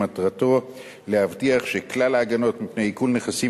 שמטרתו להבטיח שכלל ההגנות מפני עיקול נכסים